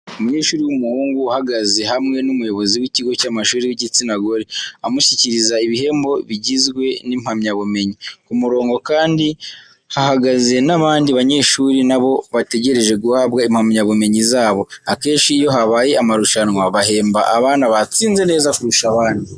Umunyeshuri w'umuhungu uhagaze hamwe n'umuyobozi w'ikigo cy'amashuri w'igitsina gore, amushyikiriza ibihembo bigizwe n'impamyabumenyi. Ku murongo kandi hahagaze n'abandi banyeshuri na bo bategereje guhabwa impamyabumenyi zabo. Akenshi iyo habaye amarushanwa bahemba abana batsinze neza kurusha abandi.